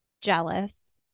jealous